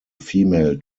female